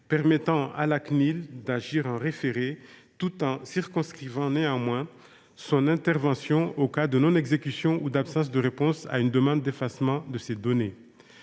permet à la Cnil d’agir en référé, tout en circonscrivant son intervention aux cas de non exécution ou d’absence de réponse à une demande d’effacement des données.